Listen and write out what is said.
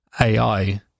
AI